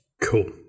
Cool